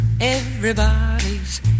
Everybody's